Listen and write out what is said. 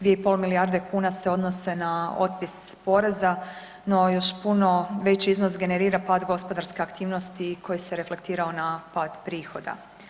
2,5 milijarde kuna se odnose na otpis poreza, no još puno veći iznos generira pad gospodarske aktivnosti koji se reflektirao na pad prihoda.